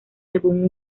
según